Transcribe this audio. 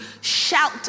shout